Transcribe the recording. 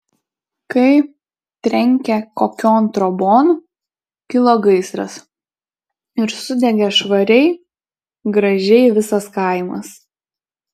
kai trenkė kokion trobon kilo gaisras ir sudegė švariai gražiai visas kaimas